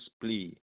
plea